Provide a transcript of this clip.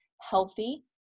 healthy